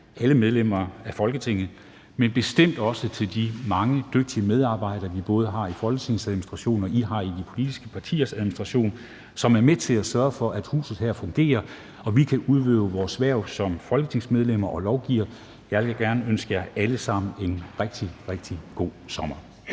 alle medlemmer af Folketinget, men bestemt også til de mange dygtige medarbejdere i både Folketingets Administration og de politiske partiers administration, som er med til at sørge for, at huset her fungerer, og at vi kan udøve vores hverv som folketingsmedlemmer og lovgivere. Rigtig god sommer til alle! --- Det sidste